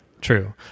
true